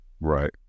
Right